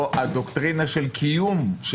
או הדוקטרינה של קיום.